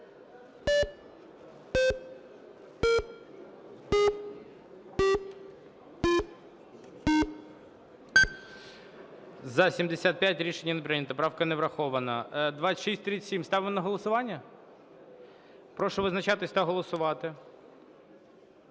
За-75 Рішення не прийнято. Правка не врахована. 2637 ставлю на голосування? Прошу визначатись та голосувати.